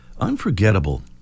unforgettable